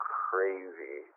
crazy